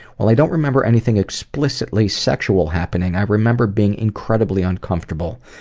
while i don't remember anything explicitly sexual happening, i remember being incredibly uncomfortable.